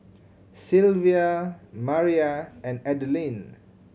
Silvia Maira and Adline